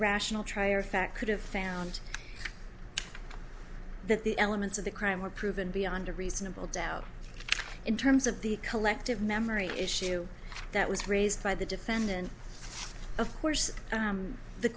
fact could have found that the elements of the crime were proven beyond a reasonable doubt in terms of the collective memory issue that was raised by the defendant of course